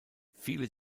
viele